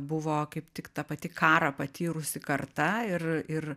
buvo kaip tik ta pati karą patyrusi karta ir ir